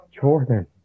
Jordan